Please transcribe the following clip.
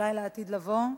אולי לעתיד לבוא,